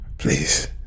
please